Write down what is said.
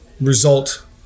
result